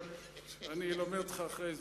אני אלמד אותך אחרי זה.